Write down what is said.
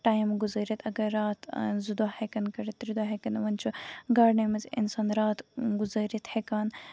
time گُزٲرِتھ اَگر راتھ زٕ دۄہ ہٮ۪کَن کٔڑِتھ ترٛےٚ دۄہ ہٮ۪کَن وۄنۍ چھُ اِنسان گاڑنٕے منٛز اِنسان راتھ گُزٲرِتھ ہٮ۪کان